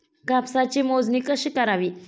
कापसाची मोजणी कशी करावी?